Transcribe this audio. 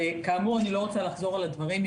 כאמור אני לא רוצה לחזור על הדברים,